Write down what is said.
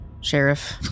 sheriff